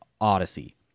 Odyssey